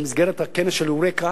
במסגרת הכנס של "אאורקה"